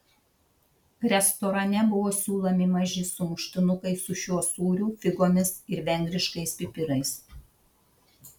restorane buvo siūlomi maži sumuštinukai su šiuo sūriu figomis ir vengriškais pipirais